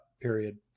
period